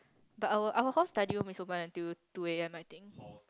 but our our hall study room is open until two A_M I think